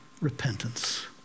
repentance